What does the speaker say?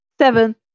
Seven